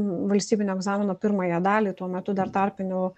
valstybinio egzamino pirmąją dalį tuo metu dar tarpiniu